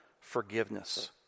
Forgiveness